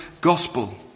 gospel